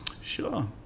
Sure